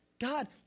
God